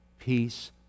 peace